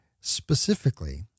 specifically